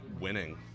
Winning